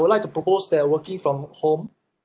would like to propose that working from home